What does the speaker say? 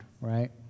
right